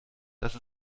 dass